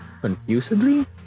Confusedly